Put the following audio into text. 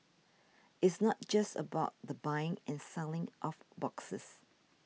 it's not just about the buying and selling of boxes